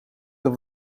dat